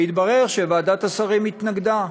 והתברר שוועדת השרים התנגדה.